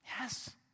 Yes